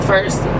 First